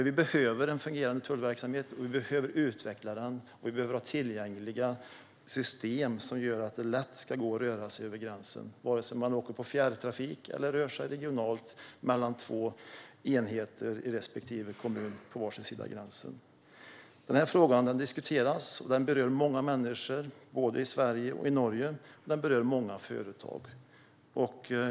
Vi behöver en fungerande tullverksamhet, vi behöver utveckla den och vi behöver ha tillgängliga system som gör att det lätt går att röra sig över gränsen, vare sig man åker med fjärrtrafik eller rör sig regionalt mellan två enheter i respektive kommun på var sin sida gränsen. Den här frågan diskuteras och berör många människor och många företag i både Sverige och Norge.